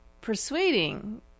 persuading